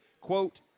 Quote